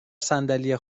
صندلی